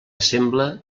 sembla